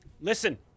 Listen